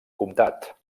comtat